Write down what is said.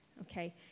okay